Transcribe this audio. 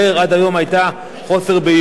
עד היום היה חוסר בהירות,